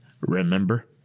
remember